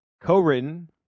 Co-written